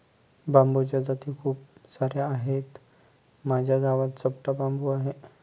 बांबूच्या जाती खूप सार्या आहेत, माझ्या गावात चपटा बांबू आहे